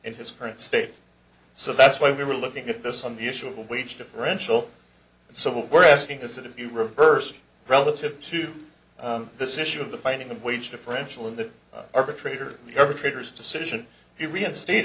in his current state so that's why we were looking at this on the issue of the wage differential so what we're asking is that if you reverse relative to this issue of the finding the wage differential in the arbitrator the arbitrator's decision you reinstate